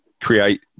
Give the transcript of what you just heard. create